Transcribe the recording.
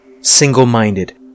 single-minded